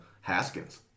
Haskins